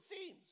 seems